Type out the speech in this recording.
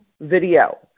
Video